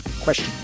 question